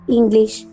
English